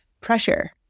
pressure